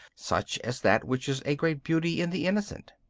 such as that which is a great beauty in the innocent.